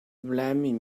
blaming